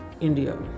India